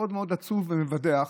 מאוד מאוד עצוב ומבדח,